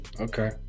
Okay